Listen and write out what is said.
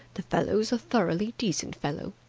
the fellow's a thoroughly decent fellow.